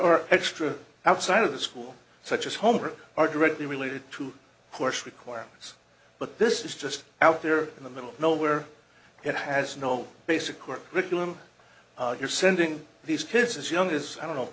are extra outside of the school such as homework are directly related to course requirements but this is just out there in the middle of nowhere it has no basic core curriculum you're sending these kids as young as i don't know